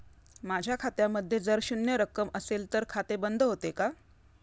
माझ्या खात्यामध्ये जर शून्य रक्कम असेल तर खाते बंद होते का?